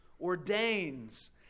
ordains